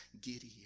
giddy